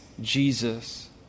Jesus